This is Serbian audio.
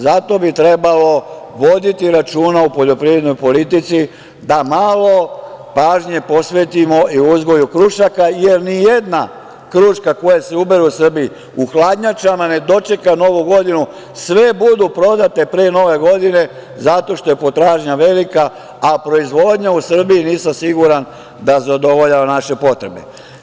Zato bi trebalo voditi računa u poljoprivrednoj politici, da malo pažnje posvetimo i uzgoju krušaka, jer ni jedna kruška koja se ubere u Srbiji u hladnjačama ne dočeka Novu godinu, sve budu prodate pre nove godine, zato što je potražnja velika, a proizvodnja u Srbiji, nisam siguran da zadovoljava naše potrebe.